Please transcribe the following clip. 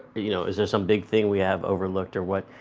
you know, is there some big thing we have overlooked or what,